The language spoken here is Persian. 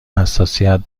حساسیت